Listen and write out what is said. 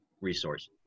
resource